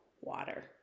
water